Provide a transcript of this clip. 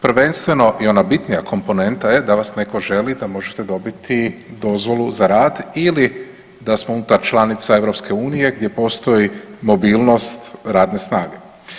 Prvenstveno i ona bitnija komponenta je da vas netko želi da možete dobiti dozvolu za rad ili da smo unutar članica EU gdje postoji mobilnost radne snage.